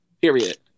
Period